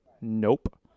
nope